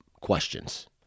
questions